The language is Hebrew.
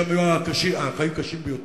שם היו החיים קשים ביותר,